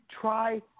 try